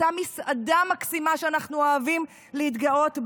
מסעדה מקסימה שאנחנו אוהבים להתגאות בה,